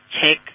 check